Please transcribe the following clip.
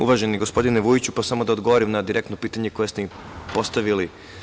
Uvaženi gospodine Vujiću, samo da odgovorim na direktno pitanje koje ste mi postavili.